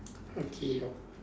okay